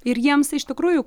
ir jiems iš tikrųjų